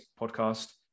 podcast